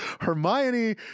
Hermione